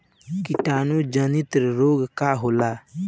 कीटाणु जनित रोग का होला?